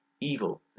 evil